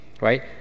Right